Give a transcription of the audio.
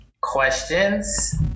questions